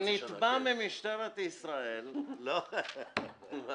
ונתבע ממשטרת ישראל --- אנחנו בבחירות עוד חצי שנה.